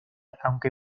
aunque